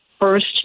first